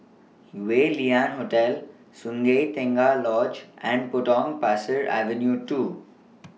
Yew Lian Hotel Sungei Tengah Lodge and Potong Pasir Avenue two